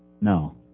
No